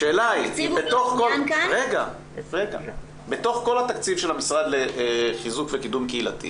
השאלה היא בתוך כל התקציב של המשרד לחיזוק וקידום קהילתי,